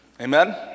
Amen